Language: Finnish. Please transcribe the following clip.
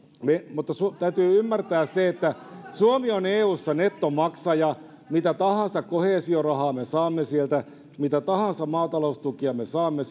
mutta täytyy ymmärtää se että suomi on eussa nettomaksaja mitä tahansa koheesiorahaa me saamme sieltä mitä tahansa maataloustukia me saamme